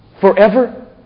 forever